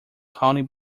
county